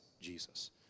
Jesus